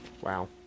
Wow